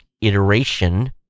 iteration